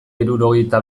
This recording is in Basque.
hirurogeita